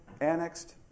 annexed